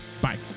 Bye